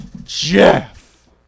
Jeff